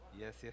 yes